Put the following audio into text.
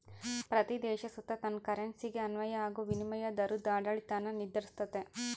ಪ್ರತೀ ದೇಶ ಸುತ ತನ್ ಕರೆನ್ಸಿಗೆ ಅನ್ವಯ ಆಗೋ ವಿನಿಮಯ ದರುದ್ ಆಡಳಿತಾನ ನಿರ್ಧರಿಸ್ತತೆ